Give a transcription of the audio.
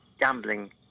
gambling